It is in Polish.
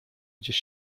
gdzieś